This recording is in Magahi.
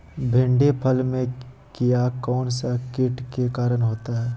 भिंडी फल में किया कौन सा किट के कारण होता है?